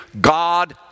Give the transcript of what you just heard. God